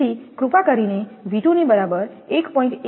તેથી કૃપા કરીને 𝑉2 ની બરાબર 1